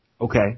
Okay